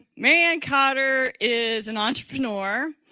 mary ann cotter is an entrepreneur.